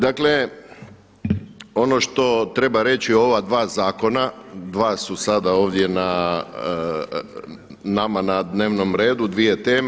Dakle, ono što treba reći o ova dva zakona, dva su sada ovdje nama na dnevnom redu, dvije teme.